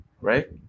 right